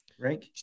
right